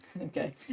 Okay